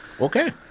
Okay